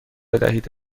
بدهید